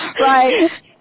Right